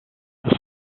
the